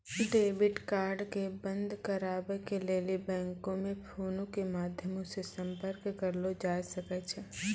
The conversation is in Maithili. डेबिट कार्ड के बंद कराबै के लेली बैंको मे फोनो के माध्यमो से संपर्क करलो जाय सकै छै